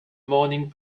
morning